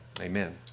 Amen